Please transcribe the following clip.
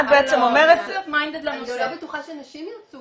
את בעצם אומרת --- אני גם לא בטוחה שנשים ירצו